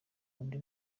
undi